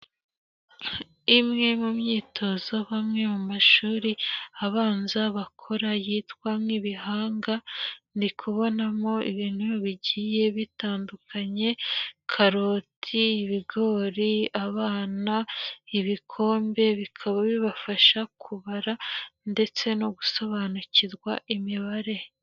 Imwe mu myitozo bamwe mu mashuri abanza bakora yitwa nk'ibihanga, ndi kubonamo ibintu bigiye bitandukanye karoti, ibigori, abana, ibikombe bikaba bibafasha kubara ndetse no gusobanukirwa imibare.